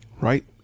right